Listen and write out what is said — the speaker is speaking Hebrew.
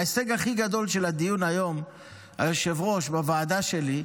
ההישג הכי גדול של הדיון היום בוועדה שלי,